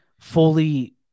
fully